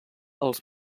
els